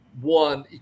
one